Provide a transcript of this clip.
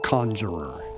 Conjurer